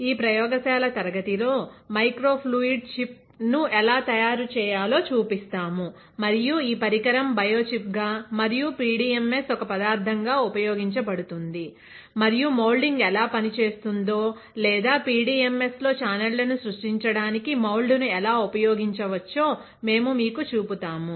ఈ ప్రయోగశాల తరగతిలో మైక్రో ఫ్లూయిడ్ చిప్ ను ఎలా తయారు చేయాలో చూపిస్తాము మరియు ఈ పరికరం బయోచిప్ గా మరియు పిడిఎంఎస్ ఒక పదార్థం గా ఉపయోగించబడుతుంది మరియు మౌల్డింగ్ ఎలా పని చేస్తుందో లేదా పిడిఎంఎస్ లో చానెళ్లను సృష్టించడానికి మౌల్డ్ను ఎలా ఉపయోగించవచ్చో మేము మీకు చూపుతాము